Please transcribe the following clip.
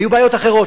היו בעיות אחרות,